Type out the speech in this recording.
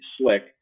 slick